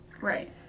Right